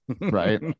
right